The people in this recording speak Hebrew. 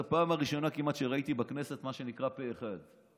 זו פעם הראשונה כמעט שראיתי בכנסת מה שנקרא פה אחד.